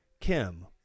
Kim